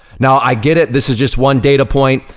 now, i get it, this is just one data point,